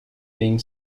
being